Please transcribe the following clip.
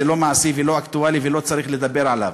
וזה לא מעשי ולא אקטואלי ולא צריך לדבר עליו.